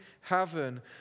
heaven